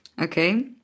okay